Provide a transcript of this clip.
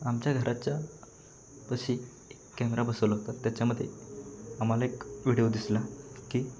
आमच्या घराच्यापाशी एक कॅमेरा बसवला त्याच्यामध्ये आम्हाला एक व्हिडिओ दिसला की